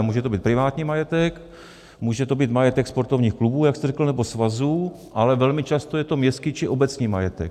Může to být privátní majetek, může to být majetek sportovních klubů, jak jste řekl, nebo svazů, ale velmi často je to městský či obecní majetek.